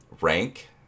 rank